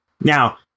Now